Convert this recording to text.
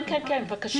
בבקשה.